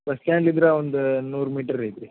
bus ಸ್ಟ್ಯಾಂಡ್ಲಿಂದ ಒಂದು ನೂರು ಮೀಟರ್ ಐತಿ ರೀ